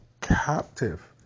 captive